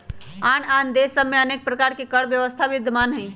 आन आन देश सभ में अनेक प्रकार के कर व्यवस्था विद्यमान हइ